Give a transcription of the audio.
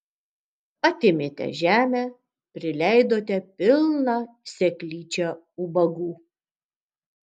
atėmėte žemę prileidote pilną seklyčią ubagų